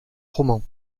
romans